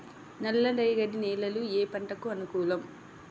నల్ల రేగడి నేలలు ఏ పంటకు అనుకూలం?